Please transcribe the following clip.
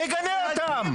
תגנה אותם,